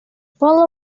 pull